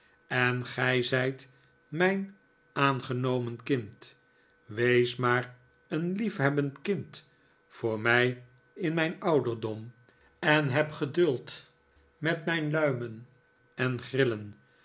en gij zijt mijn aangenomen kind wees maar een liefhebbend kind voor mij in mijn ouderdom en heb geduld met mijn luimen en grillen